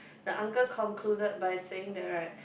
the uncle concluded by saying that right